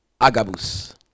Agabus